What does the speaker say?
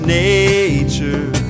nature